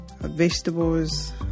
vegetables